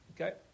Okay